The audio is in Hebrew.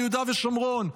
ביהודה ושומרון,